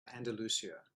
andalusia